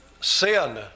sin